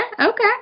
Okay